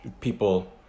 people